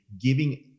giving